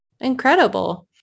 incredible